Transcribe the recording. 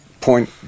point